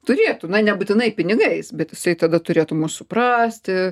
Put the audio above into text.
turėtų na nebūtinai pinigais bet jisai tada turėtų mus suprasti